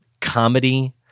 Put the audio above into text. Comedy